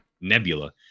nebula